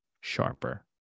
sharper